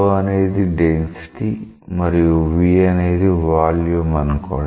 అనేది డెన్సిటీ మరియు అనేది వాల్యూమ్ అనుకోండి